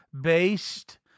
based